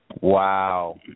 Wow